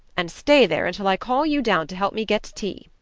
and stay there until i call you down to help me get tea.